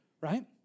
Right